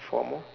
four more